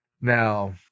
Now